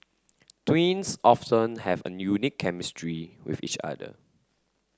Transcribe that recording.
twins often have a unique chemistry with each other